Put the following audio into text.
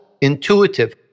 intuitive